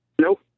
Nope